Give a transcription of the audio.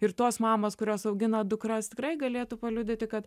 ir tos mamos kurios augina dukras tikrai galėtų paliudyti kad